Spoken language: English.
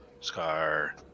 scar